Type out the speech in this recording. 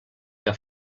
que